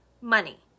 money